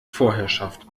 vorherrschaft